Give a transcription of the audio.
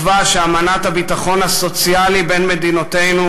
בתקווה שאמנת הביטחון הסוציאלי בין מדינותינו,